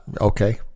Okay